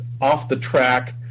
off-the-track